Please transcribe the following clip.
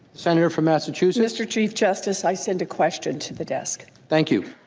senator from massachusetts. mr. chief justice, i sent a question to the desk. thank you.